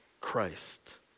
Christ